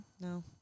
No